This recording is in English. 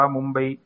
Mumbai